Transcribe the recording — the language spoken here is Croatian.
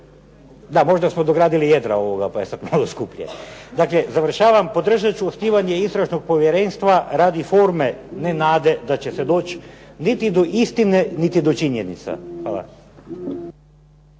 Da, možda smo dogradili jedra ovoga pa je sad malo skuplje. Dakle završavam. Podržat ću osnivanje istražnog povjerenstva radi forme, ne nade da će se doći niti do istine niti do činjenica. Hvala.